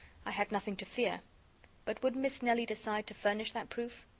i had nothing to fear but would miss nelly decide to furnish that proof?